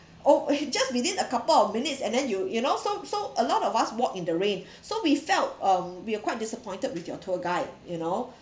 oh just within a couple of minutes and then you you know so so a lot of us walk in the rain so we felt um we are quite disappointed with your tour guide you know